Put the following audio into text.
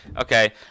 Okay